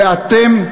ואתם,